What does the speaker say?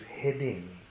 heading